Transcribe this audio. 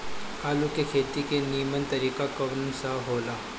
आलू के खेती के नीमन तरीका कवन सा हो ला?